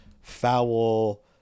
foul